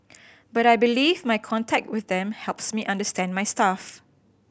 but I believe my contact with them helps me understand my staff